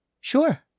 Sure